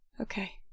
Okay